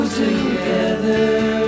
together